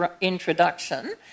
introduction